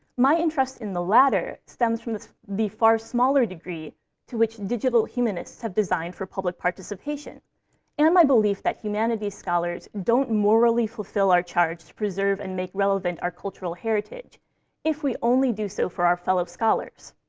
my interest in the latter stems from the the far smaller degree to which a digital humanists have designed for public participation and my belief that humanities scholars don't morally fulfill our charge to preserve and make relevant our cultural heritage if we only do so for our fellow scholars.